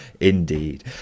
indeed